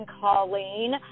Colleen